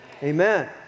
Amen